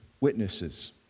witnesses